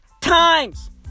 times